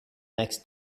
next